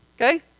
Okay